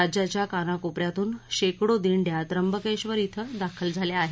राज्याच्या काना कोपऱ्यातून शेकडो दिंडया त्र्यंबकेक्षर येथे दाखल झाल्या आहेत